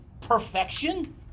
perfection